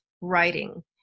writing